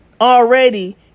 already